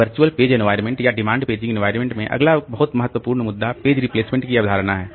इस virtual page environment या demand paging environment में अगला बहुत महत्वपूर्ण मुद्दा पेज रिप्लेसमेंट की अवधारणा है